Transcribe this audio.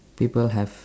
people have